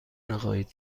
نخواهید